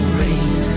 rain